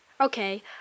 Okay